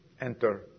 Enter